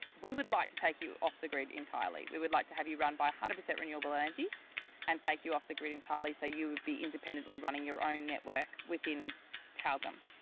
we would like to take you off the grid entirely, we would like to have you run by one hundred percent renewable energy and take you off the grid entirely so you would be independently running your own network within tyalgum.